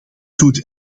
doet